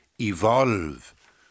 evolve